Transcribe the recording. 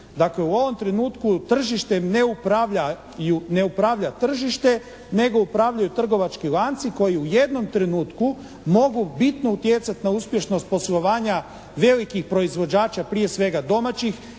Dakle, u ovom trenutku tržištem na upravlja tržište nego upravljaju trgovački lanci koji u jednom trenutku mogu bitno utjecati na uspješnost poslovanja velikih proizvođača, prije svega domaćih,